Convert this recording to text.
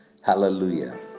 Hallelujah